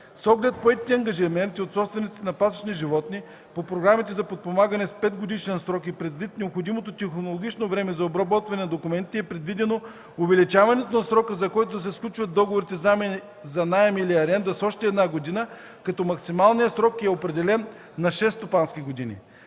С оглед поетите ангажименти от собствениците на пасищни животни по програмите за подпомагане с петгодишен срок и предвид необходимото технологично време за обработване на документите е предвидено увеличаването на срока, за който се сключват договорите за наем или аренда, с още една година, като максималният срок е определен на шест стопански години.